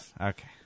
Okay